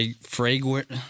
fragrant